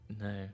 No